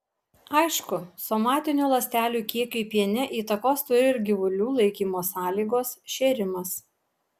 aišku somatinių ląstelių kiekiui piene įtakos turi ir gyvulių laikymo sąlygos šėrimas